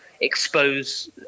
expose